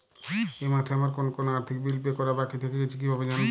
এই মাসে আমার কোন কোন আর্থিক বিল পে করা বাকী থেকে গেছে কীভাবে জানব?